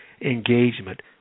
engagement